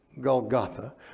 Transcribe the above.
Golgotha